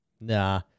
nah